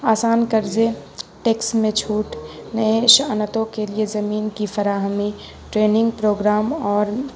آسان قرضے ٹیکس میں چھوٹ نئے صنعتوں کے لیے زمین کی فراہمی ٹریننگ پروگرام اور